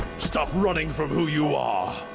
stop running from who you are.